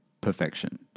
perfection